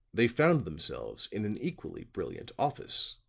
they found themselves in an equally brilliant office.